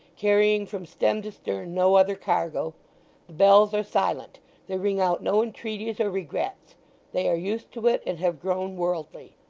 carrying from stem to stern no other cargo the bells are silent they ring out no entreaties or regrets they are used to it and have grown worldly.